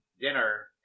dinner